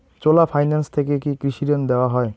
চোলা finance থেকে কি কৃষি ঋণ দেওয়া হয়?